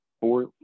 four